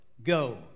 Go